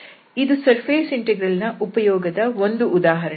ಇದು surface integral ನ ಉಪಯೋಗದ ಒಂದು ಉದಾಹರಣೆ